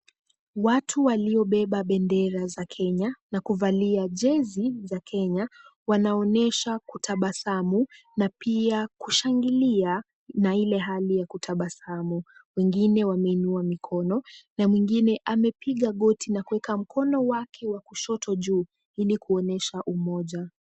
Watu waliobeba bendera za Kenya na kuvalia jezi za Kenya wana oynesha kutabasamu na pia kushangilia na ile hali ya kutabasamu. Wengine wamenua mikono, na mwingine amepiga goti na kuweka mkono wake wa kushoto juu, ili kuonesha umoja.